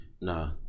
Nah